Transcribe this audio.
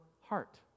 heart